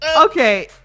Okay